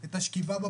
את תוכלי לקרוא את זה,